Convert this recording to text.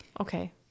Okay